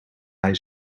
hij